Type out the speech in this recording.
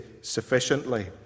sufficiently